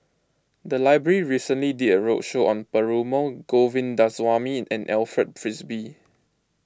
the library recently did a roadshow on Perumal Govindaswamy and Alfred Frisby